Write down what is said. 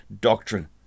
doctrine